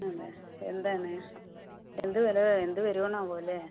അതെ എന്താണ് എന്തു വില എന്തു വരുമോ എന്താണോ അല്ലേ